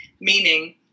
meaning